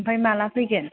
आमफ्राय माला फैगोन